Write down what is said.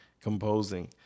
composing